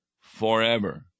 forever